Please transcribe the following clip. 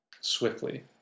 swiftly